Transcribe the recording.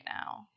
now